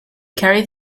carried